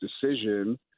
decision